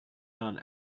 done